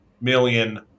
million